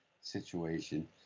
situation